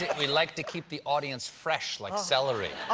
we like to keep the audience fresh like celery.